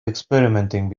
experimenting